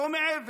לא מעבר.